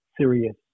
serious